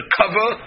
cover